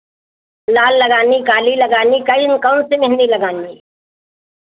लाल लगानी काली लगानी कै कौन सी मेहँदी लगानी